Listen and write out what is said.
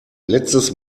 letztes